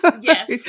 yes